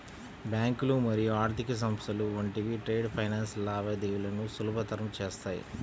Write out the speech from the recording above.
బ్యాంకులు మరియు ఆర్థిక సంస్థలు వంటివి ట్రేడ్ ఫైనాన్స్ లావాదేవీలను సులభతరం చేత్తాయి